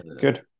good